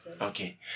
Okay